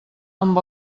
amb